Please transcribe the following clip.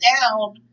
down